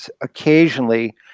occasionally